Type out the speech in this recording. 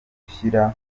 gushyira